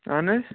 اَہن حظ